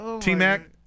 T-Mac